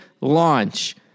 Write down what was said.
launch